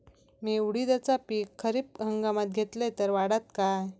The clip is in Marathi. मी उडीदाचा पीक खरीप हंगामात घेतलय तर वाढात काय?